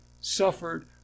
suffered